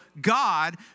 God